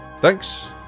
Thanks